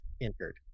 entered